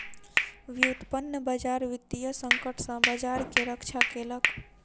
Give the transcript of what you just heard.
व्युत्पन्न बजार वित्तीय संकट सॅ बजार के रक्षा केलक